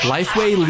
Lifeway